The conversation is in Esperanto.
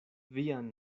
vian